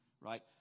right